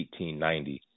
1890